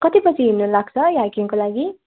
कति बजी हिँड्नु लाग्छ यो हाइकिङको लागि